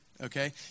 Okay